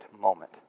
moment